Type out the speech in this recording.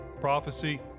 prophecy